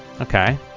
Okay